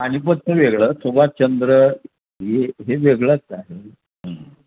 पानिपतचं वेगळं सुभाषचंद्र हे हे वेगळंच आहे